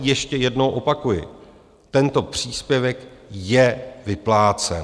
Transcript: Ještě jednou opakuji, tento příspěvek je vyplácen.